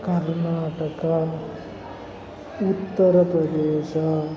Karnataka Uttar Pradesh